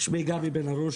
שמי גבי בן הרוש,